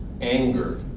anger